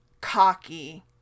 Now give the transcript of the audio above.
cocky